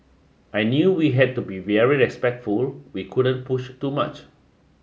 I knew we had to be very respectful we couldn't push too much